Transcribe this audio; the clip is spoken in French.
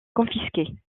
confisquées